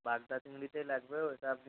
বাগদা চিংড়িটাই লাগবে ওইটা আপনি